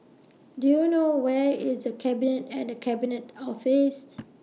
Do YOU know Where IS The Cabinet and The Cabinet Office